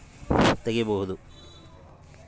ನಾನು ಆನ್ಲೈನಲ್ಲಿ ಅಕೌಂಟ್ ತೆಗಿಬಹುದಾ?